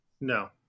No